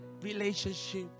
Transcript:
relationship